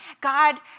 God